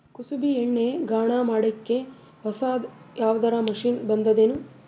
ಕುಸುಬಿ ಎಣ್ಣೆ ಗಾಣಾ ಮಾಡಕ್ಕೆ ಹೊಸಾದ ಯಾವುದರ ಮಷಿನ್ ಬಂದದೆನು?